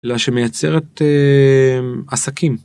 לא שמייצרת עסקים.